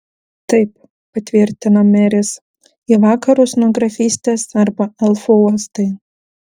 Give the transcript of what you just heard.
taip patvirtino meris į vakarus nuo grafystės arba elfų uostai